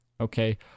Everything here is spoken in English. Okay